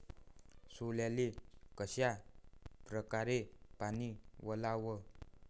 सोल्याले कशा परकारे पानी वलाव?